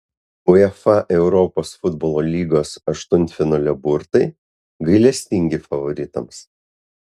uefa europos futbolo lygos aštuntfinalio burtai gailestingi favoritams